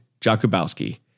Jakubowski